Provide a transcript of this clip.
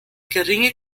geringe